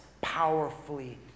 powerfully